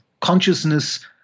consciousness